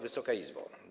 Wysoka Izbo!